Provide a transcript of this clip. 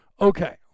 Okay